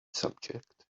subject